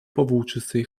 powłóczystej